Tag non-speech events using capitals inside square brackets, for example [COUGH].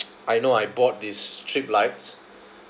[LAUGHS] I know I bought these strip lights